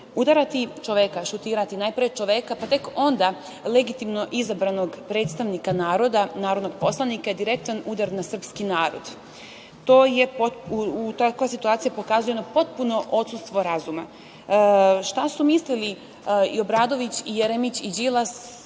Udarati čoveka, šutirati, najpre, čoveka, pa tek onda legitimno izabranog predstavnika naroda, narodnog poslanika je direktan udar na srpski narod. Takva situacija nam pokazuje potpuno odsustvo razuma. Šta su mislili Obradović, Jeremić i Đilas?